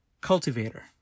cultivator